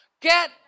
Get